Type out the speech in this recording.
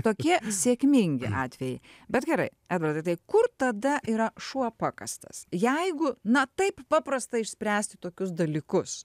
tokie sėkmingi atvejai bet gerai edvardai tai kur tada yra šuo pakastas jeigu na taip paprasta išspręsti tokius dalykus